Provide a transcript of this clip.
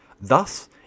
Thus